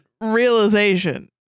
realization